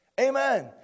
Amen